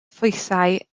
phwysau